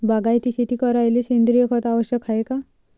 बागायती शेती करायले सेंद्रिय खत आवश्यक हाये का?